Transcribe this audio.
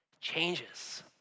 changes